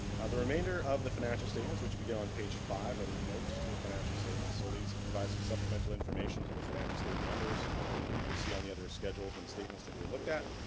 the remainder of the financial statements which we get on page five are they notes to the financial statements so these provide some supplemental information to the financial statement numbers that you'd see on the other schedules and statements that we looked at